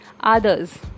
others